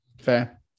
fair